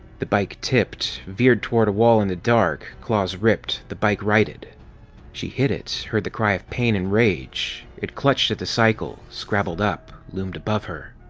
the bike tipped, veered toward a wall in the dark, claws ripped, the bike righted she hit it, heard the cry of pain and rage. it clutched at the cycle, scrabbled up, loomed above her.